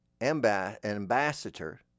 ambassador